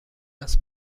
است